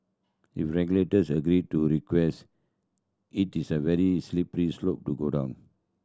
if regulators agree to request it is a very slippery slope to go down